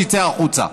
שיצא החוצה,